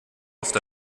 luft